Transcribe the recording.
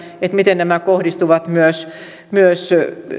miten nämä kohdistuvat myös myös